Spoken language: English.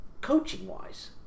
Coaching-wise